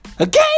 Okay